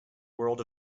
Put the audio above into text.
world